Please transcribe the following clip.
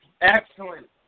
excellent